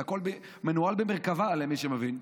זה הכול מנוהל במרכב"ה, למי שמבין.